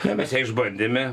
na mes ją išbandėme